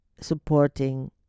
supporting